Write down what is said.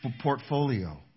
portfolio